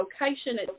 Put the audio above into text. location